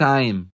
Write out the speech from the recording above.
Time